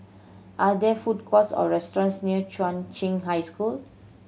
are there food courts or restaurants near Chung Cheng High School